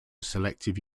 selective